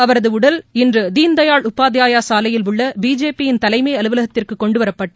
அவரது உடல் இன்று தீன்தயாள் உபாத்தியாயா சாலையில் உள்ள பிஜேபி யின் தலைமை அலுவலகத்திற்கு கொண்டுவரப்பட்டு